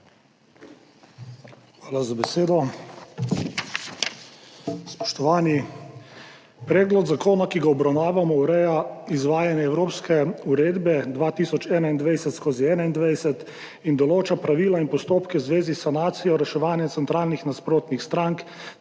Hvala za besedo. Spoštovani! Predlog zakona, ki ga obravnavamo, ureja izvajanje evropske uredbe 2021/21 in določa pravila in postopke v zvezi s sanacijo reševanja centralnih nasprotnih strank